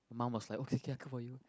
my mum was like okay okay I cook for you